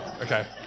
Okay